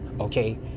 okay